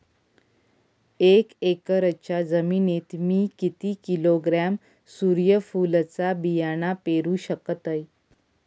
एक एकरच्या जमिनीत मी किती किलोग्रॅम सूर्यफुलचा बियाणा पेरु शकतय?